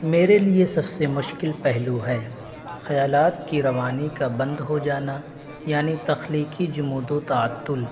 میرے لیے سب سے مشکل پہلو ہے خیالات کی روانی کا بند ہو جانا یعنی تخلیقی جمود و تعطل